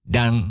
Dan